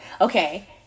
okay